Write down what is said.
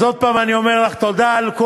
אז עוד הפעם אני אומר לך תודה על כל